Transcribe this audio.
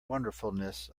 wonderfulness